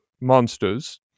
monsters